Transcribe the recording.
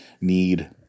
need